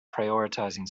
prioritizing